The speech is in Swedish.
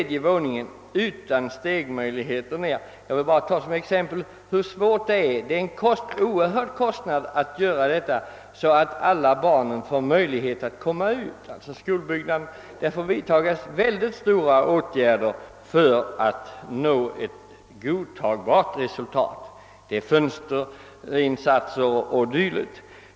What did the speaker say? Det fanns inga stegar, där man kunde ta sig ned, och det blir förenat med stora kostnader att se till att alla barn får möjlighet att komma ut på annat sätt än genom trappan. Mycket stora åtgärder måste vidtagas för att åstadkomma ett godtagbart resultat ur brandskyddssynpunkt.